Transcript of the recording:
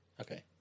Okay